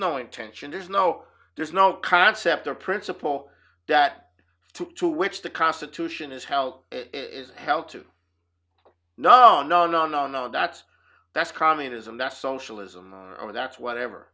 no intention there's no there's no concept or principle that two to which the constitution is hell it is held to no no no no no that's that's communism that's socialism and that's whatever